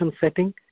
setting